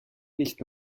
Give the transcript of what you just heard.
nicht